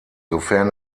sofern